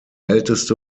älteste